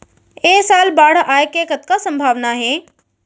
ऐ साल बाढ़ आय के कतका संभावना हे?